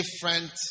different